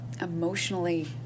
emotionally